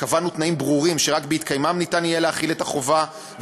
וקבענו תנאים ברורים שרק בהתקיימם יהיה אפשר להחיל את החובה,